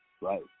right